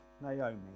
Naomi